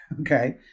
okay